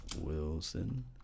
Wilson